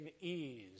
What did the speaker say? ease